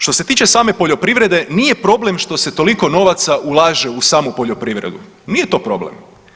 Što se tiče same poljoprivrede nije problem što se toliko novaca ulaže u samu poljoprivredu, nije to problem.